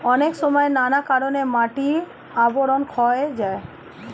অনেক সময় নানা কারণে মাটির আবরণ ক্ষয় হয়ে যায়